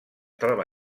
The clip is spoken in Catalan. troba